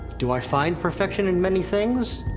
do i find perfection in many things?